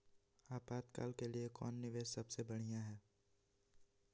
आपातकाल के लिए कौन निवेस सबसे बढ़िया है?